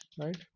right